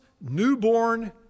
newborn